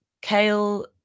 Kale